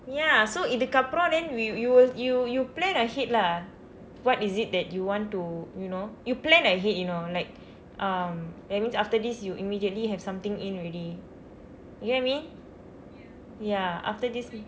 ya so இதுக்கு அப்புறம்:ithukku appuram then will you will you you plan ahead lah what is it that you want to you know you plan ahead you know like um that means after this you immediately have something in already you get what I mean ya after this